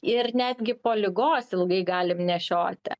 ir netgi po ligos ilgai galim nešioti